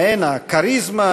בהן הכריזמה,